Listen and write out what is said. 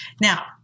Now